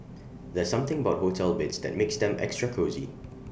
there's something about hotel beds that makes them extra cosy